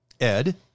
Ed